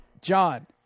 John